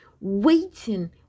waiting